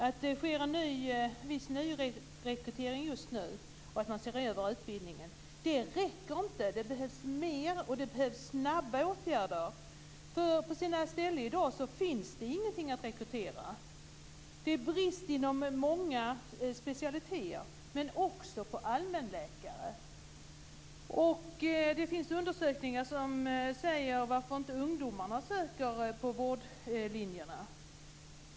Att det nu sker en viss nyrekrytering och att man ser över utbildningen räcker inte. Det behövs fler och snabba åtgärder. På sina ställen finns inga att rekrytera. Det är brist inom många specialiteter men också på allmänläkare. Det finns undersökningar som säger varför ungdomarna inte söker till vårdlinjerna.